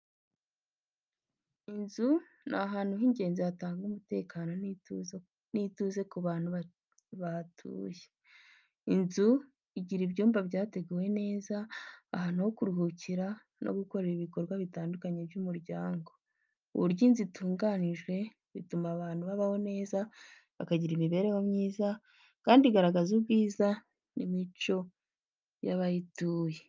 Inzu ni ahantu h'ingenzi hatanga umutekano n’ituze ku bantu batuye. Inzu igira ibyumba byateguwe neza, ahantu ho kuruhukira no gukorera ibikorwa bitandukanye by'umuryango. Uburyo inzu itunganijwe butuma abantu babaho neza, bakagira imibereho myiza, kandi igaragaza ubwiza n’imico y’abayituye.